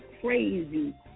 crazy